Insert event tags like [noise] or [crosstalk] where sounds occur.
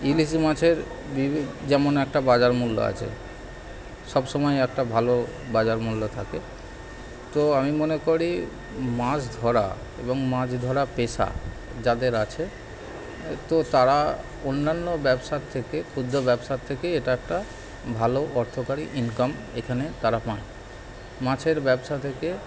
ইলিশ মাছের [unintelligible] যেমন একটা বাজারমূল্য আছে সব সময় একটা ভালো বাজারমূল্য থাকে তো আমি মনে করি মাছ ধরা এবং মাছ ধরা পেশা যাদের আছে তো তারা অন্যান্য ব্যবসার থেকে ক্ষুদ্র ব্যবসার থেকেই এটা একটা ভালো অর্থকারি ইনকাম এখানে তারা পান মাছের ব্যবসা থেকে